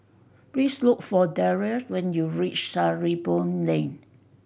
please look for Daryle when you reach Sarimbun Lane